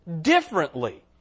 differently